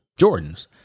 jordans